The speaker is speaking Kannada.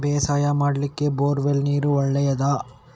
ಬೇಸಾಯ ಮಾಡ್ಲಿಕ್ಕೆ ಬೋರ್ ವೆಲ್ ನೀರು ಒಳ್ಳೆಯದಾ?